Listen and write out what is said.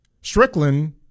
Strickland